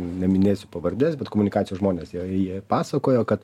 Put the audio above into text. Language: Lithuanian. neminėsiu pavardės bet komunikacijos žmonės jie jie pasakojo kad